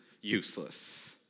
useless